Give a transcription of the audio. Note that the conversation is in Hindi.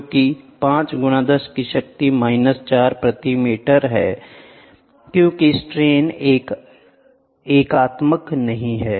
जोकि 5 गुना 10 की शक्ति माइनस 4 प्रति मीटर है क्योंकि स्ट्रेन एक एकात्मक नहीं है